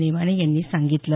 नेमाने यांनी सांगितलं